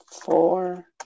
four